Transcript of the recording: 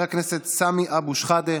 חבר הכנסת סמי אבו שחאדה,